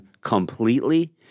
completely